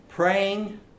Praying